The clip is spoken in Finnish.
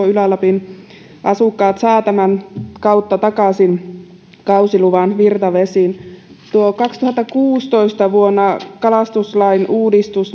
ylä lapin asukkaat saavat takaisin kausiluvan virtavesiin vuoden kaksituhattakuusitoista kalastuslain